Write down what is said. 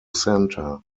center